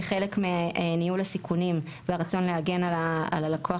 כחלק מניהול הסיכונים והרצון להגן על הלקוח